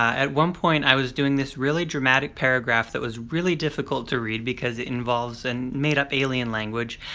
at one point i was doing this really dramatic paragraph that was really difficult to read because it involves a and made up alien language,